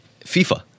FIFA